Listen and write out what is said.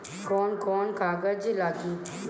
कौन कौन कागज लागी?